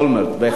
בהחלט.